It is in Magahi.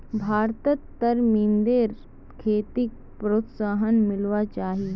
भारतत तरमिंदेर खेतीक प्रोत्साहन मिलवा चाही